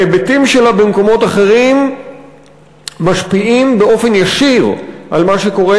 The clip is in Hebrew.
ההיבטים שלה במקומות אחרים משפיעים באופן ישיר על מה שקורה